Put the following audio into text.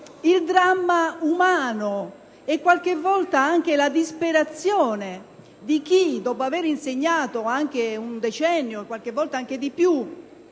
il dramma umano, e qualche volta anche la disperazione, di chi, dopo aver insegnato un decennio, e a volte anche più